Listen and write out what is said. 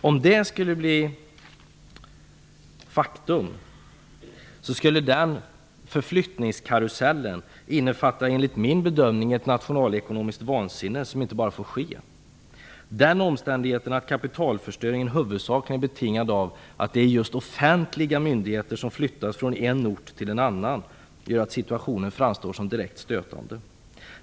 Om så skulle bli fallet, skulle flyttningskarusellen enligt min bedömning innebära ett nationalekonomiskt vansinne som bara inte får ske. Omständigheten att kapitalförstöringen huvudsakligen är betingad av att det är just offentliga myndigheter som flyttas från en ort till en annan gör att situationen framstår som direkt stötande.